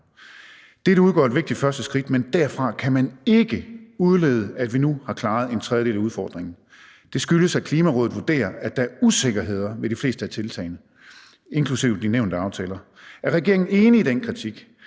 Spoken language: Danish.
Dette udgør et vigtigt første skridt, men derfra kan man ikke udlede, at vi nu har klaret en tredjedel af udfordringen«. Det skyldes, at Klimarådet vurderer, at der er usikkerheder forbundet med de fleste af tiltagene, inklusive de nævnte aftaler. Er regeringen enig i den kritik?